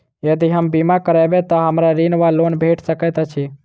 यदि हम बीमा करबै तऽ हमरा ऋण वा लोन भेट सकैत अछि?